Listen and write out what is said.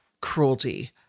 Cruelty